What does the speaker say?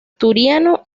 asturiano